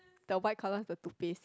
the white colour the Toothpaste